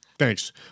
Thanks